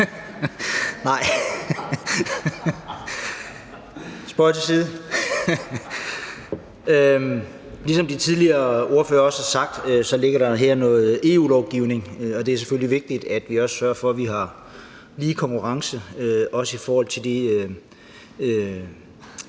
– spøg til side. Ligesom de tidligere ordførere også har sagt, ligger der her noget EU-lovgivning, og det er selvfølgelig vigtigt, at vi sørger for, at vi har lige konkurrence, og at vi også